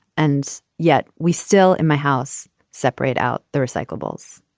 and yet we still in my house separate out the recyclables.